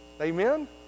Amen